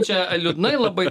čia liūdnai labai